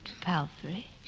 Palfrey